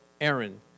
Aaron